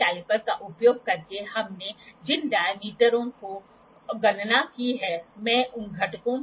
फिर स्थिति को ठीक करने में मदद करने के लिए कठिन हो सकती है थोड़ी सी त्रुटि एक बड़ी एंगलीय त्रुटि का कारण बन सकती है